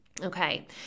Okay